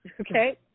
okay